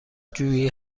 جویی